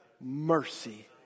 mercy